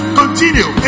continue